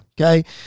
Okay